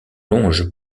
longe